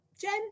Jen